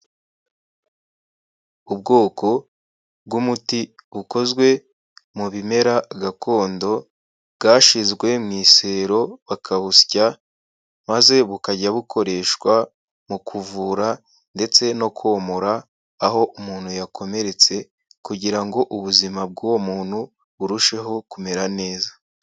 Ubwoko bw'umuti ukozwe mu bimera gakondo bwashizwe mu isero bakabusya maze bukajya bukoreshwa mu kuvura ndetse no komora aho umuntu yakomeretse kugira ngo ubuzima bw'uwo muntu burusheho kumera neza.